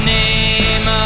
name